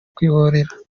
kwihorera